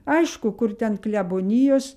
aišku kur ten klebonijos